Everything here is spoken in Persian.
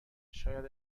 شاید